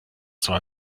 zwar